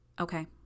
Okay